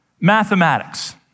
mathematics